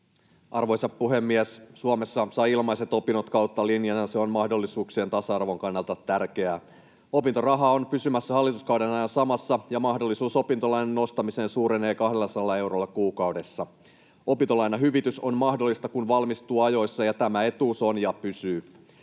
Arvoisa puhemies! Suomessa saa ilmaiset opinnot kautta linjan, ja se on mahdollisuuksien tasa-arvon kannalta tärkeää. Opintoraha on pysymässä hallituskauden ajan samassa, ja mahdollisuus opintolainan nostamiseen suurenee 200 eurolla kuukaudessa. Opintolainahyvitys on mahdollista, kun valmistuu ajoissa, ja tämä etuus on ja pysyy.